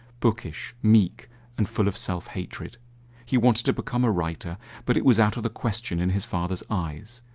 bookish, meek and full of self-hatred. he wanted to become a writer but it was out of the question in his father's eyes,